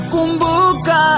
Kumbuka